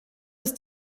ist